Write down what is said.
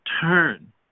turn